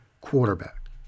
quarterback